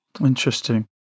Interesting